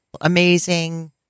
amazing